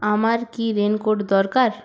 আমার কি রেনকোট দরকার